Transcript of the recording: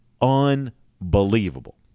unbelievable